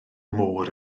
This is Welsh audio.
môr